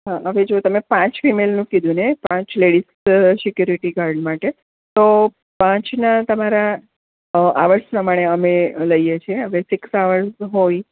હા હવે જો તમે પાંચ ફિમેલનું કીધું ને પાંચ લેડિસ સીકયુરિટી ગાર્ડ માટે તો પાંચના તમારા આ વર્ષ પ્રમાણે તમારે અમે લઈએ છે હવે સિક્સ અવર્સ હોય